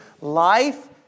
life